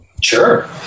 sure